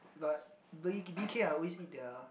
but B B_K I always eat the